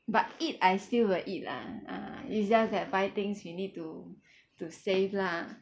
but eat I still will eat lah ah it's just that buy things we need to to save lah